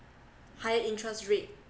higher interest rate